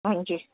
ਹਾਂਜੀ